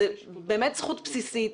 זו באמת זכות בסיסית.